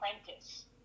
apprentice